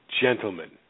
gentlemen